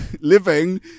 living